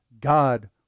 God